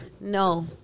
No